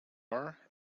are